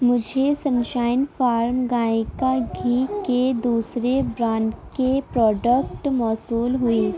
مجھے Sunshine farm گائے کا گھی کے دوسرے برانڈ کی پراڈکٹ موصول ہوئی